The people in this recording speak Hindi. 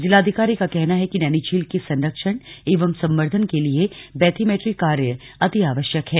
जिलाधिकारी का कहना है कि नैनी झील के संरक्षण एवं संवर्धन के लिए बैथीमेट्री कार्य अति आवश्यक है